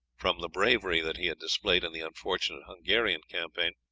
from the bravery that he had displayed in the unfortunate hungarian campaign.